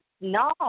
no